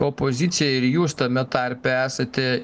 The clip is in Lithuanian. opozicija ir jūs tame tarpe esate